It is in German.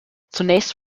zunächst